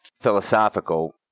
philosophical